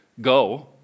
go